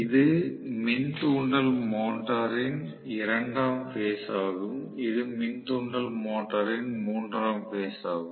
இது மின் தூண்டல் மோட்டரின் இரண்டாம் பேஸ் ஆகும் இது மின் தூண்டல் மோட்டரின் மூன்றாம் பேஸ் ஆகும்